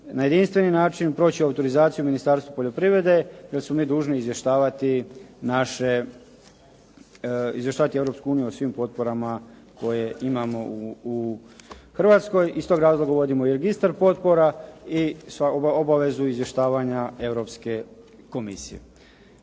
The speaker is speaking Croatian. na jedinstveni naći proći autorizaciju Ministarstva poljoprivrede jer smo mi dužni izvještavati Europsku uniju o svim potporama koje imamo u Hrvatskoj i iz tog razloga uvodimo i registar potpora i obavezu izvještavanja Europske komisije.